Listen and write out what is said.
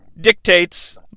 dictates